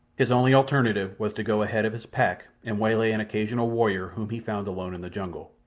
his only alternative was to go ahead of his pack and waylay an occasional warrior whom he found alone in the jungle.